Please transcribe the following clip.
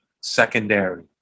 secondary